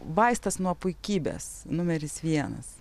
vaistas nuo puikybės numeris vienas